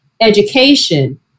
education